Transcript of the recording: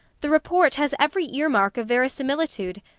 the report has every ear-mark of verisimilitude.